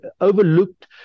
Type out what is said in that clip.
overlooked